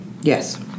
Yes